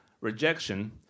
rejection